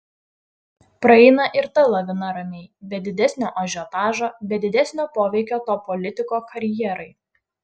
praeina ir ta lavina ramiai be didesnio ažiotažo be didesnio poveikio to politiko karjerai